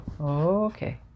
Okay